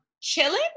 chilling